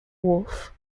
wharf